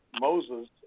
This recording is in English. Moses